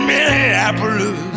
Minneapolis